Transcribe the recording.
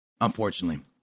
unfortunately